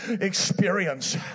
experience